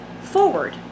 forward